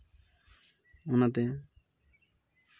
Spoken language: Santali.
ᱚᱱᱟᱛᱮ